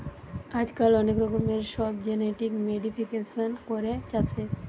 আজকাল অনেক রকমের সব জেনেটিক মোডিফিকেশান করে চাষের